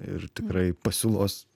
ir tikrai pasiūlos